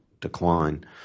decline